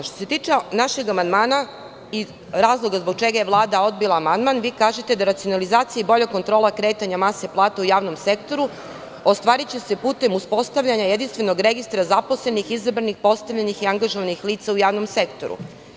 Što se tiče našeg amandmana i razloga zbog čega je Vlada odbila amandman, kažete da je racionalizacija i bolja kontrola kretanja mase plata u javnom sektoru ostvariva putem formiranja registra zaposlenih izabranih, postavljenih i angažovanih lica u javnom sektoru.